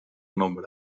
nombre